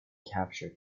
capture